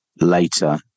later